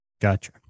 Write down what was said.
Gotcha